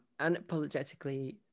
unapologetically